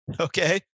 Okay